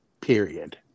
period